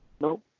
Nope